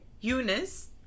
Eunice